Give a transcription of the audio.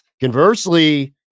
conversely